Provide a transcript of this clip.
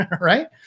right